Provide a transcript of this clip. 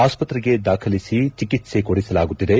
ಆಸ್ಪತ್ರೆಗೆ ದಾಖಲಿಸಿ ಚಿಕಿತ್ಸೆಕೊಡಿಸಲಾಗುತ್ತಿದೆ